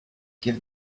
give